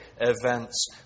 events